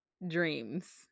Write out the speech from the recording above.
Dreams